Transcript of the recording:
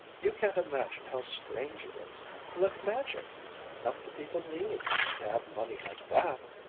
you can't imagine how strange it is like magic not to be believed to have money like that!